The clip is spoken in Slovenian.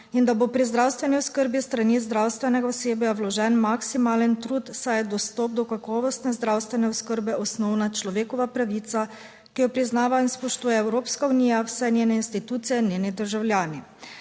in da bo pri zdravstveni oskrbi s strani zdravstvenega osebja vložen maksimalen trud, saj je dostop do kakovostne zdravstvene oskrbe osnovna človekova pravica, ki jo priznava in spoštuje Evropska unija, vse njene institucije in njeni državljani